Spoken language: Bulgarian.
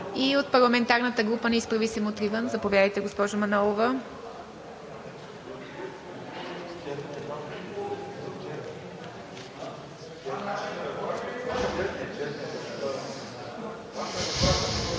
И от парламентарната група на „Изправи се! Мутри вън“, заповядайте, госпожо Манолова.